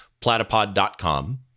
platypod.com